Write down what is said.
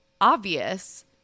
obvious